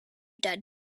dead